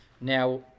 Now